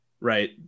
right